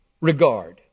regard